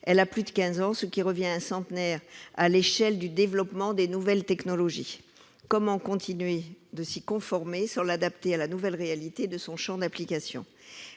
a plus de quinze ans, ce qui représente un centenaire à l'échelle du développement des nouvelles technologies ! Comment continuer à s'y conformer sans l'adapter à la nouvelle réalité de son champ d'application ?